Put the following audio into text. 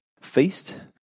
feast